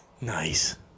Nice